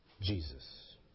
Jesus